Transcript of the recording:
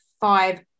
five